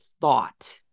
thought